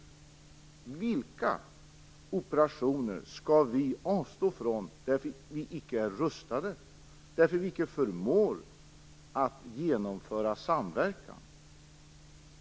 Vilka operationer skall vi avstå ifrån därför att vi inte är rustade och inte förmår genomföra någon samverkan?